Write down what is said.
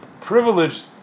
privileged